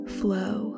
flow